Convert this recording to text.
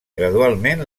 gradualment